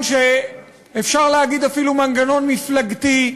אפשר להגיד אפילו מנגנון מפלגתי,